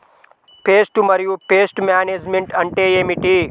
Pest మరియు pest management అంటే ఏమిటి?